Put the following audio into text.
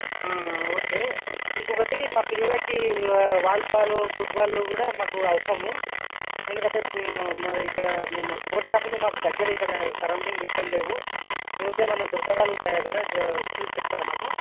okay ఇంకొకటి మా పిల్లలకి వాలీబాల్ ఫుట్బాల్ కూడా మాకు అవసరము ఎందుకంటే ఇక్కడ మేము స్పోర్ట్స్ షాపులు మాకు దగ్గర సరౌండింగ్లో ఎక్కడ లేవు స్పోర్ట్స్ ఏమన్న దొరకగలుగుతాయా అక్కడ చూసి చెప్తారా మాకు